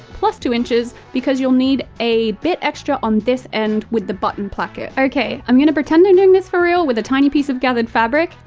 plus two inches, because you'll need a bit extra on this end with the button placket. okay, i'm going to pretend i'm doing this for real with a tiny piece of gathered fabric.